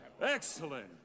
Excellent